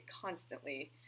constantly